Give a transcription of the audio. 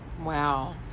Wow